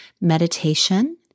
meditation